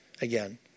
again